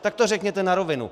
Tak to řekněte na rovinu.